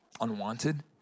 unwanted